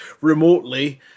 remotely